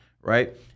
right